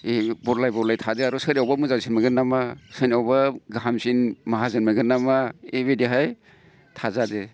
ओइ बदलाय बदलाय थादो आरो सोरनियावबो मोजांसिन मोनगोन नामा सोरनियावबा गाहामसिन माहाजोन मोनगोन नामा बेबायदिहाय थाजादो